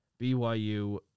BYU